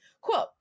quote